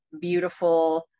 Beautiful